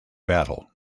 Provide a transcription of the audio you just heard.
battle